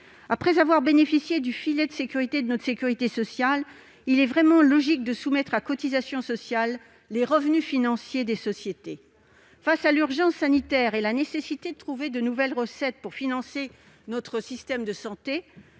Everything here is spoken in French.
ont bénéficié du filet de sécurité de notre sécurité sociale, il serait parfaitement logique de soumettre à cotisations sociales leurs revenus financiers. Face à l'urgence sanitaire et à la nécessité de trouver de nouvelles recettes pour financer notre système de santé,